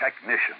technician